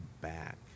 back